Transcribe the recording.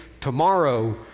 tomorrow